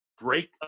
break